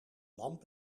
lamp